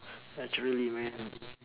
naturally man